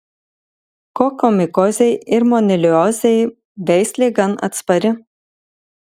kokomikozei ir moniliozei veislė gan atspari